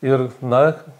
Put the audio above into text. ir na